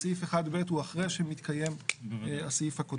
סעיף 1ב הוא אחרי שמתקיים הסעיף הקודם.